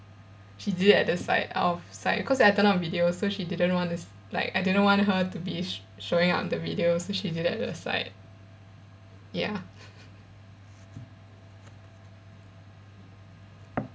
she did it at the side out of sight cause I turned on video so she didn't want to like I didn't want her to be sh~ showing on the video so she did it at the side ya